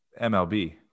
MLB